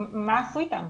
מה עשו איתם.